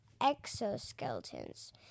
exoskeletons